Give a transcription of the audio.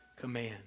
command